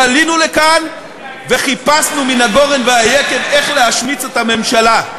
עלינו לכאן וחיפשנו מן הגורן ומן היקב איך להשמיץ את הממשלה.